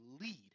lead